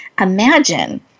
Imagine